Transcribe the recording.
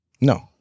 No